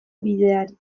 bideari